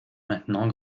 maintenant